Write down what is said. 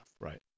Right